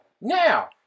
Now